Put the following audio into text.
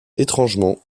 étrangement